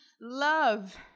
love